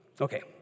Okay